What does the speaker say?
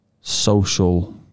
social